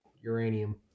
uranium